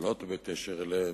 לעלות בקשר אליהם.